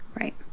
Right